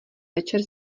večer